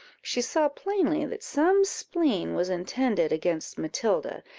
she saw plainly that some spleen was intended against matilda,